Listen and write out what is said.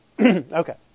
Okay